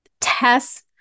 tests